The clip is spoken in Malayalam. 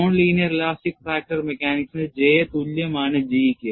നോൺ ലീനിയർ ഇലാസ്റ്റിക് ഫ്രാക്ചർ മെക്കാനിക്സിന് J തുല്യമാണ് G ക്ക്